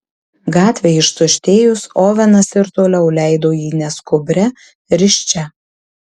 gatvei ištuštėjus ovenas ir toliau leido jį neskubria risčia